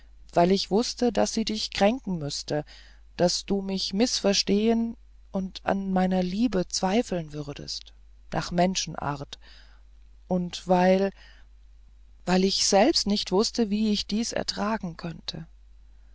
weil ich wußte daß sie dich kränken müßte daß du mich mißverstehen und an meiner liebe zweifeln würdest nach menschenart und weil weil ich selbst nicht wußte wie ich dies ertragen könnte